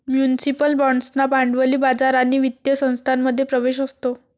municipal बाँड्सना भांडवली बाजार आणि वित्तीय संस्थांमध्ये प्रवेश असतो